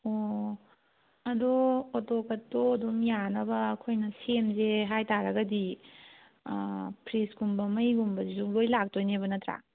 ꯑꯣ ꯑꯗꯣ ꯑꯣꯇꯣ ꯀꯠꯇꯣ ꯑꯗꯨꯝ ꯌꯥꯅꯕ ꯑꯩꯈꯣꯏꯅ ꯁꯦꯝꯁꯦ ꯍꯥꯏꯇꯥꯔꯒꯗꯤ ꯐ꯭ꯔꯤꯖꯀꯨꯝꯕ ꯃꯩꯒꯨꯝꯕꯁꯤꯁꯨ ꯂꯣꯏꯅ ꯂꯥꯛꯇꯣꯏꯅꯦꯕ ꯅꯠꯇ꯭ꯔ